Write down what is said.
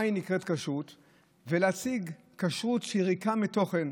מה נקרא כשרות; להציג כשרות שהיא ריקה מתוכן,